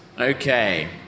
Okay